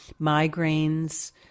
Migraines